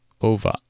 over